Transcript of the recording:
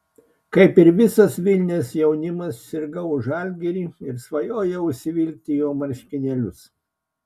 kaip ir visas vilniaus jaunimas sirgau už žalgirį ir svajojau užsivilkti jo marškinėlius